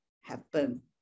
happen